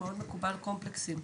ששם מאוד מקובל קומפלקסים.